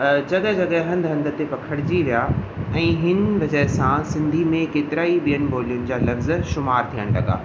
जॻहि जॻहि हंधि हंधि ते पखिड़िजी विया ऐं हिंद जंहिं सां सिंधी में केतिरा ई ॿियनि ॿोलियुनि जा लफ़्ज़ शुमारु थियणु लॻा